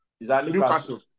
Newcastle